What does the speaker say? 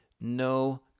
no